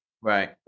Right